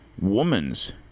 woman's